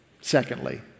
Secondly